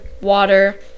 water